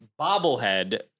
bobblehead